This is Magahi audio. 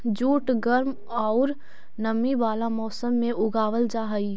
जूट गर्म औउर नमी वाला मौसम में उगावल जा हई